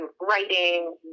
writing